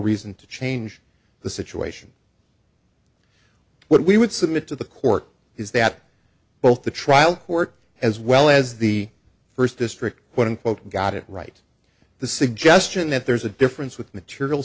reason to change the situation what we would submit to the court is that both the trial court as well as the first district one quote got it right the suggestion that there's a difference with material